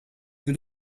with